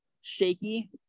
shaky